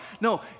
No